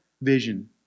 vision